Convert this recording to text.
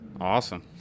Awesome